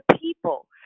people